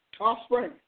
Offspring